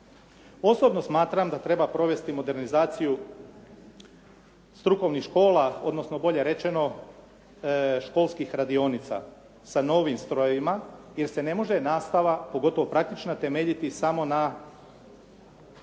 Osobno smatram da treba provesti modernizaciju strukovnih škola, odnosno bolje rečeno školskih radionica sa novim strojevima jer se ne može nastava, pogotovo praktična temeljiti samo na